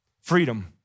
Freedom